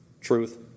Truth